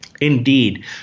Indeed